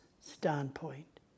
standpoint